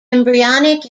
embryonic